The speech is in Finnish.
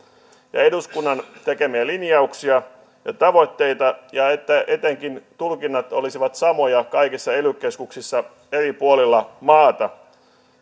ja eduskunnan tekemiä linjauksia ja tavoitteita ja että etenkin tulkinnat olisivat samoja kaikissa ely keskuksissa eri puolilla maata